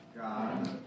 God